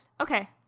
okay